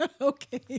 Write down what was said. Okay